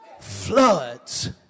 Floods